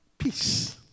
Peace